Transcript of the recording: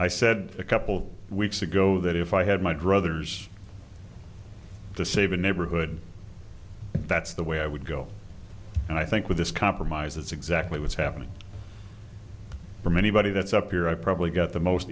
i said a couple weeks ago that if i had my druthers to save a neighborhood that's the way i would go and i think with this compromise that's exactly what's happening from anybody that's up here i probably got the most